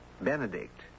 Benedict